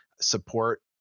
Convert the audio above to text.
support